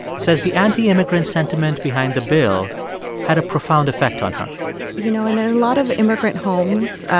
says the anti-immigrant sentiment behind the bill had a profound effect on her you know, in a lot of immigrant homes,